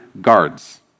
guards